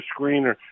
Screener